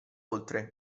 oltre